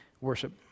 worship